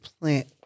plant